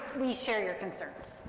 we share your concerns,